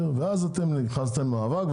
אז התחלתם מאבק.